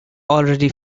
already